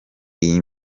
iyi